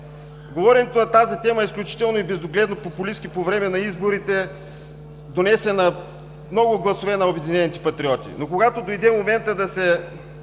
Говореното на тази тема беше изключително и безогледно популистко по време на изборите, като донесе много гласове на „Обединените патриоти“, но когато дойде моментът да се